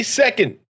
second